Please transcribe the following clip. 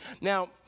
Now